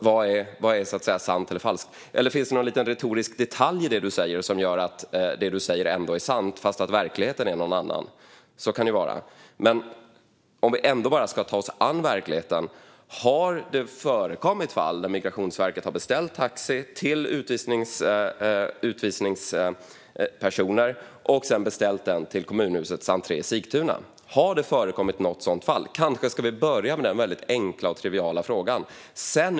Vad är sant och vad är falskt? Finns det någon liten retorisk detalj i det Morgan Johansson säger som gör att det han säger ändå är sant, fastän verkligheten är en annan? Så kan det vara. Om vi ändå ska ta oss an verkligheten, har det förekommit fall där Migrationsverket har beställt taxi till personer med utvisningsbeslut till kommunhusets entré i Sigtuna? Har det förekommit något sådant fall? Kanske ska vi börja med denna väldigt enkla och triviala fråga.